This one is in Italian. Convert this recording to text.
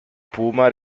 puma